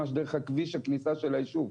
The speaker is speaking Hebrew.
ממש דרך כביש הכניסה של היישוב.